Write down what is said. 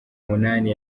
umunani